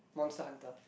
monster hunter